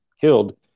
killed